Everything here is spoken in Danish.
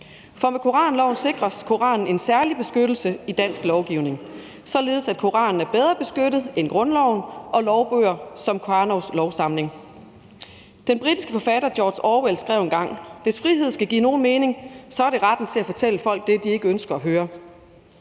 For med koranloven sikres Koranen en særlig beskyttelse i dansk lovgivning, således at Koranen er bedre beskyttet end grundloven og lovbøger som Karnovs Lovsamling. Den britiske forfatter George Orwell skrev engang: Hvis frihed skal give nogen mening, så er det retten til at fortælle folk det, de ikke ønsker at høre.